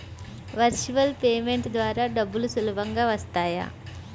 Virtual payment ద్వారా డబ్బులు సులభంగా వస్తాయా?